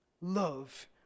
love